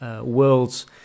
worlds